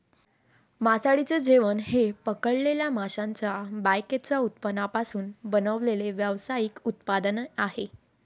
मासळीचे जेवण हे पकडलेल्या माशांच्या बायकॅचच्या उत्पादनांपासून बनवलेले व्यावसायिक उत्पादन आहे